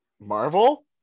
Marvel